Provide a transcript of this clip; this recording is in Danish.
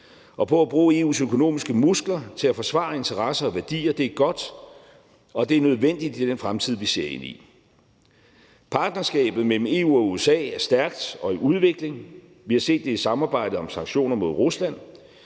og på at bruge EU's økonomiske muskler til at forsvare interesser og værdier. Det er godt, og det er nødvendigt i den fremtid, vi ser ind i. Partnerskabet mellem EU og USA er stærkt og i udvikling. Vi har set det i samarbejdet om sanktioner mod Rusland,